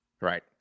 Right